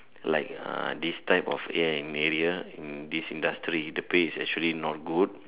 like uh this type of a and area in this industry the pay is actually not good